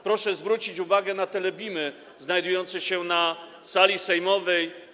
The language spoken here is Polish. Proszę zwrócić uwagę na telebimy znajdujące się na sali sejmowej.